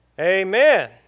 Amen